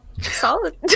Solid